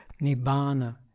Nibbana